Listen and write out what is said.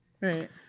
Right